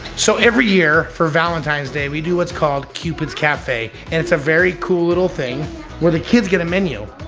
so every year for valentine's day we do what's called cupid's cafe and it's a very cool little thing where the kids get a menu